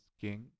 king